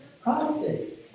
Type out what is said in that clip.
prostate